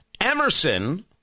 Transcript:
Emerson